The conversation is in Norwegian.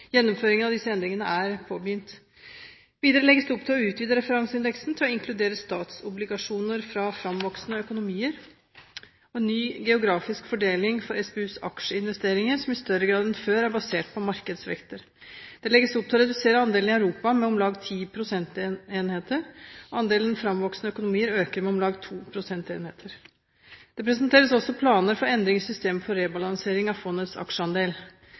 Gjennomføringen av disse endringene er påbegynt. Videre legges det opp til å utvide referanseindeksen til å inkludere statsobligasjoner fra framvoksende økonomier. ny geografisk fordeling for SPUs aksjeinvesteringer som i større grad enn før er basert på markedsvekter. Det legges opp til å redusere andelen i Europa med om lag 10 prosentenheter. Andelen framvoksende økonomier øker med om lag 2 prosentenheter. planer for endring i systemet for rebalansering av fondets aksjeandel,